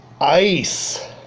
Ice